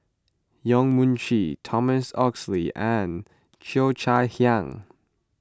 Yong Mun Chee Thomas Oxley and Cheo Chai Hiang